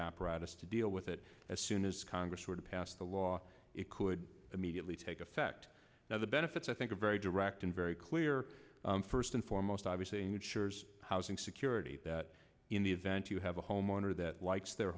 apparatus to deal with it as soon as congress would pass the law it could immediately take effect now the benefits i think are very direct and very clear first and foremost obviously matures housing security that in the event you have a home owner that likes their